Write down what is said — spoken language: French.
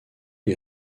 les